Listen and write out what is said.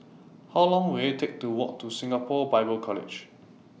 How Long Will IT Take to Walk to Singapore Bible College